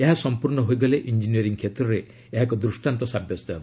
ଏହା ସମ୍ପର୍ଷ୍ଣ ହୋଇଗଲେ ଇଞ୍ଜିନିୟରିଂ କ୍ଷେତ୍ରରେ ଏହା ଏକ ଦୃଷ୍ଟାନ୍ତ ସାବ୍ୟସ୍ତ ହେବ